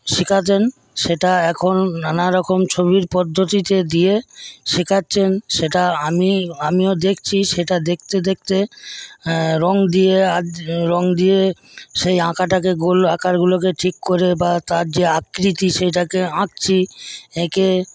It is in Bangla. শিখাতেন সেটা এখন নানারকম ছবির পদ্ধতিতে দিয়ে শেখাচ্ছেন সেটা আমি আমিও দেখছি সেটা দেখতে দেখতে রং দিয়ে রং দিয়ে সেই আঁকাটাকে গোল করে আঁকাগুলোকে ঠিক করে বা তার যে আকৃতি সেটাকে আঁকছি এঁকে